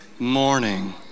Morning